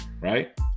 right